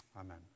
Amen